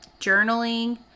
journaling